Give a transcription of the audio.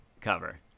cover